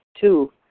Two